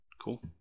Cool